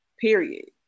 Period